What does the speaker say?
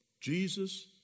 Jesus